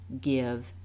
give